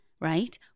right